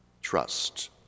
trust